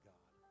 God